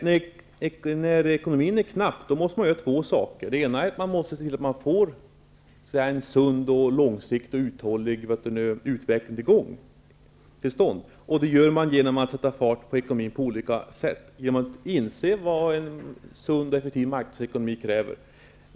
När ekonomin är dålig måste man göra två saker: Man måste se till att man får till stånd en sund, långsiktig och uthållig utveckling, och det gör man genom att på olika vis sätta fart på ekonomin, genom att inse vad sund, effektiv marknadsekonomi kräver.